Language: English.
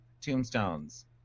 tombstones